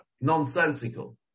nonsensical